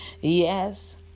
Yes